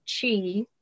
chi